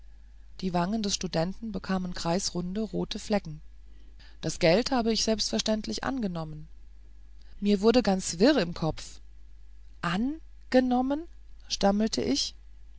die wangen des studenten bekamen kreisrunde rote flecken das geld habe ich selbstverständlich angenommen mir wurde ganz wirr im kopf an genommen stammelte ich